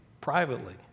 privately